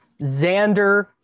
Xander